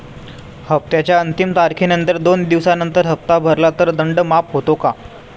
हप्त्याच्या अंतिम तारखेनंतर दोन दिवसानंतर हप्ता भरला तर दंड माफ होतो का?